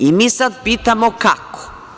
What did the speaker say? Mi sad pitamo kako?